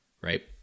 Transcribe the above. right